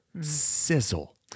sizzle